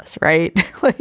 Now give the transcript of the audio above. right